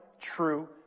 true